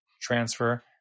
transfer